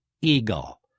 eagle